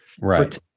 Right